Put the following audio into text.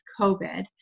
COVID